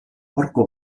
horko